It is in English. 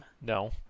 No